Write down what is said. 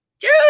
dude